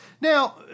Now